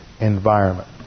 environment